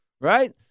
right